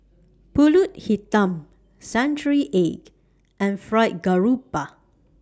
Pulut Hitam Century Egg and Fried Garoupa